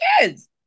kids